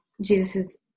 Jesus